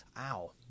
ow